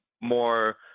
more